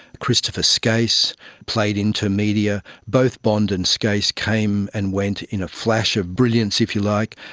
christopher skase played into media. both bond and skase came and went in a flash of brilliance, if you like.